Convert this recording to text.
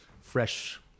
fresh